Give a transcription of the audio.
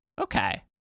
Okay